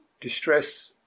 distress